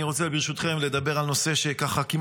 אני רוצה ברשותכם לדבר על נושא שכמעט